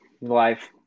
life